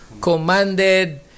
commanded